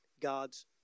God's